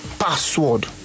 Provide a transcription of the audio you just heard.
Password